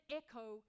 echo